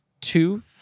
two